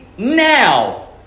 now